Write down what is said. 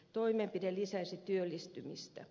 toimenpide lisäisi työllistymistä